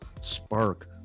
spark